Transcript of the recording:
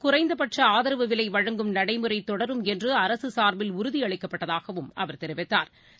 குறைந்தபட்சஆதரவு விலைவழங்கும் நடைமுறைதொடரும் என்றுஅரசுசாா்பில் உறுதிஅளிக்கப்பட்டதாகவும் அவா் தெரிவித்தாா்